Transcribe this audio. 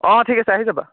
অঁ ঠিক আছে আহি যাবা